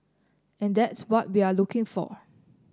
and that's what we are looking for